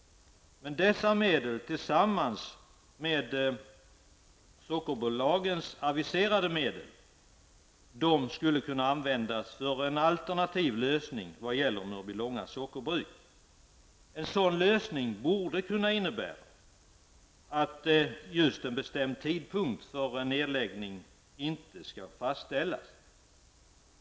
Dessa medel skulle tillsammans med Sockerbolagets aviserade medel kunna användas för en alternativ lösning vad gäller Mörbylångas sockerbruk. En sådan lösning borde kunna innebära att just en bestämd tidpunkt för en nedläggning inte skall fastställas.